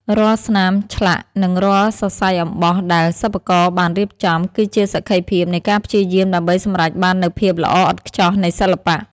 រាល់ស្នាមឆ្លាក់ និងរាល់សរសៃអំបោះដែលសិប្បករបានរៀបចំ គឺជាសក្ខីភាពនៃការព្យាយាមដើម្បីសម្រេចបាននូវភាពល្អឥតខ្ចោះនៃសិល្បៈ។